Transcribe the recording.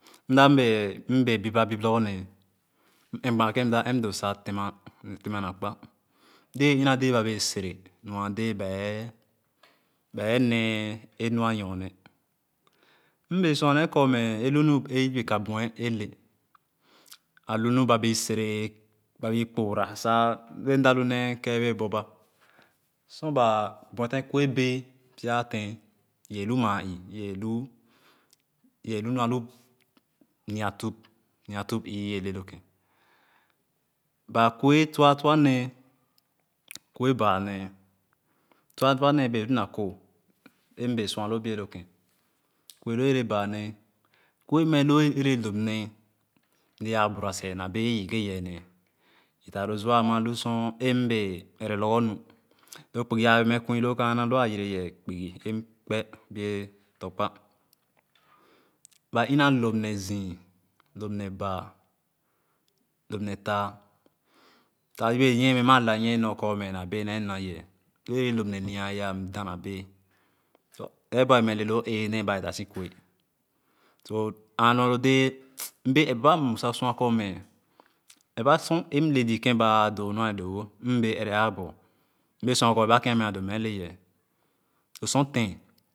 M da m bee bìp-ebìp lorgor nee m ɛm kèn mala ɛm doo sa tema na kpa dɛɛ a ìna dɛɛ nua dɛɛ bae bae nee enu a nyɔ-ne m bee sua nee kor mɛ a lu nu yebe Ka bue ele a lu nu ba tere e kpoora bee mada lu nee kɛh bee būb sorba buete kuebee pya tèn ìbee lu maa ìì ìyeeh lu nu a lu nìa-tup ìì wɛɛ le lokèn, ba kue tua-tuah nee kue baa nee tua-tuah nee bee lu na kooh e mbee sualoo bìe lokèn kue loo a ɛrɛ baa nee kue mmɛloo ere lóp nee mle aa bura seh na bee yììge yèeh a taah lo zua lu sor m bee ɛrɛ lorgor nu lo kpugì ãã wɛɛ mɛ kuì loo kaana lo a yere yeeh kpugì lomkpe bìe tɔkpa ba èna lóp-ne-zìì lop-ne-baa lop-ne-taah sa yebe nyìe mɛ ma nornu kor mɛ na bee naa le na yeeh lo a ɛrɛ lop-ne-mà m da na bee eebu a bee mɛ le loo ee nee baa dasi kue aanor lo dɛɛ m bee ɛp aba mm sa sua kormɛ ɛrɛba sor am le zìì kèn ba doonu a doowoh M bee ere ãã bor M bee sua kor ereba kèn a meah doo m mɛ le yeeh lo sor tèn.